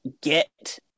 get